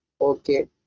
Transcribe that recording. okay